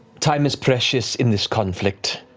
time is precious in this conflict.